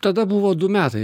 tada buvo du metai